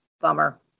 bummer